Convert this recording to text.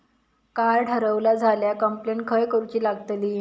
Card हरवला झाल्या complaint खय करूची लागतली?